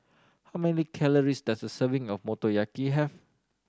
how many calories does a serving of Motoyaki have